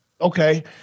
okay